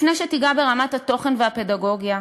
לפני שתיגע ברמת התוכן והפדגוגיה,